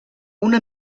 una